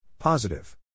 Positive